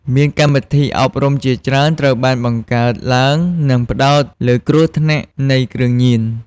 មានកម្មវិធីអប់រំជាច្រើន ត្រូវបានបង្កើតឡើងនិងផ្តោតលើគ្រោះថ្នាក់នៃគ្រឿងញៀន។